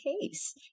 case